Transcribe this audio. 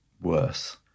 worse